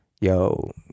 yo